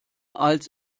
als